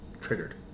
triggered